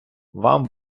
вам